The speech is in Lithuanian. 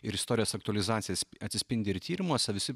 ir istorijos aktualizacijos atsispindi ir tyrimuose visi